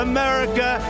America